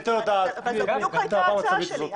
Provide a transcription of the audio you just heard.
זאת בדיוק הייתה ההצעה שלי.